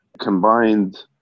Combined